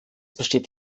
besteht